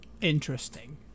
interesting